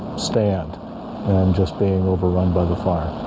stand and just being overrun by the fire